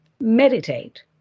meditate